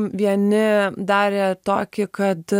vieni darė tokį kad